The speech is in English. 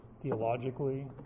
theologically